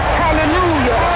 hallelujah